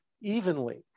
evenly